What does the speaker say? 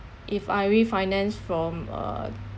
if I refinance from uh